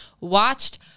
watched